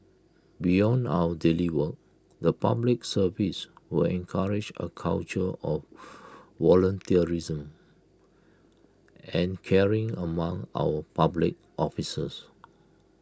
beyond our daily work the Public Service will encourage A culture of volunteerism and caring among our public officers